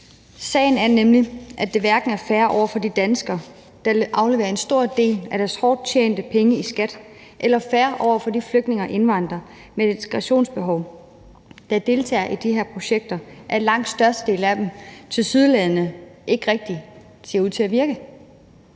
Sagen er nemlig, at det hverken er fair over for de danskere, der afleverer en stor del af deres hårdt tjente penge i skat, eller fair over for de flygtninge og indvandrere med et integrationsbehov, der deltager i de her projekter, at langt størstedelen af projekterne tilsyneladende ikke rigtig ser ud til at virke.